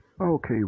Okay